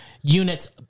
units